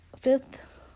fifth